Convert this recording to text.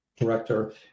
director